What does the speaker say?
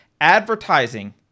advertising